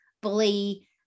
bully